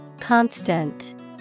Constant